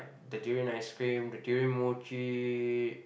the durian ice cream the durian mochi